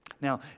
Now